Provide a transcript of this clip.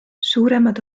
suuremad